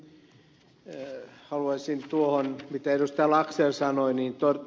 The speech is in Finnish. ensiksi haluaisin tuohon mitä ed